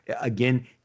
Again